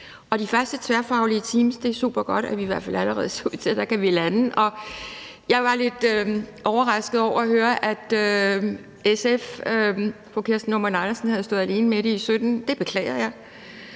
de første tværfaglige teams er det supergodt, at vi i hvert fald ser ud til allerede at kunne lande det. Jeg var lidt overrasket over at høre, at SF og fru Kirsten Normann Andersen havde stået alene med det i 2017. Det beklager jeg.